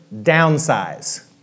downsize